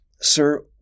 sir